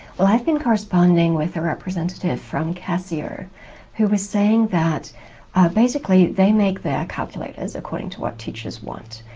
well i've been corresponding with a representative from casio who was saying that basically they make their calculators according to what teachers want,